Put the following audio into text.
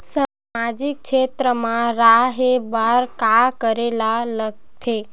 सामाजिक क्षेत्र मा रा हे बार का करे ला लग थे